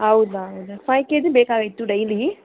ಹೌದು ಹೌದು five K G ಬೇಕಾಗಿತ್ತು ಡೈಲಿ